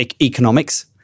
economics